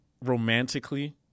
Romantically